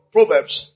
Proverbs